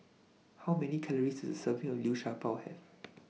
How Many Calories Does A Serving of Liu Sha Bao Have